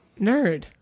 Nerd